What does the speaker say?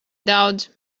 daudz